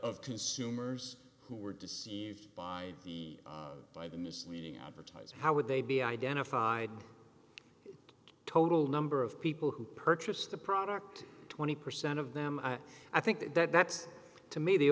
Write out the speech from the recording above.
of consumers who were deceived by the by the misleading advertising how would they be identified total number of people who purchased the product twenty percent of them i think that that's to me the